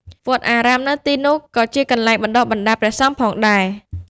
វត្តអារាមនៅទីនោះក៏ជាកន្លែងបណ្តុះបណ្តាលព្រះសង្ឃផងដែរ។